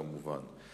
כמובן.